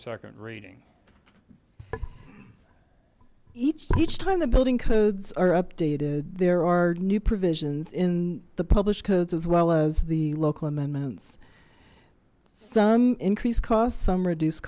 second reading each each time the building codes are updated there are new provisions in the published codes as well as the local amendments some increased costs some reduced